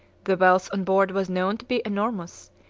the wealth on board was known to be enormous,